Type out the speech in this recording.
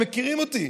הם מכירים אותי,